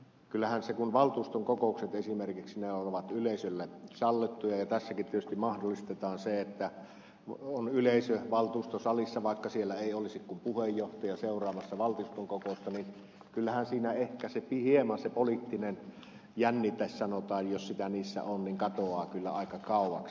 kyllähän siinä kun valtuuston kokoukset esimerkiksi ovat yleisölle sallittuja ja tässäkin tietysti mahdollistetaan se että on yleisö valtuustosalissa vaikka siellä ei olisi kuin puheenjohtaja seuraamassa valtuuston kokousta niin kyllähän siinä ehkä hieman se poliittinen jännite sanotaan jos sitä niissä kokouksissa on katoaa kyllä aika kauaksi